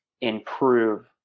improve